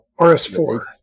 RS4